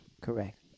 Correct